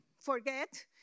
forget